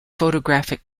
photographic